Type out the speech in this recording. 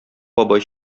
бабай